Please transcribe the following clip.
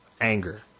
anger